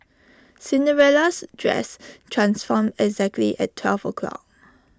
Cinderella's dress transformed exactly at twelve o'clock